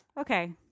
Okay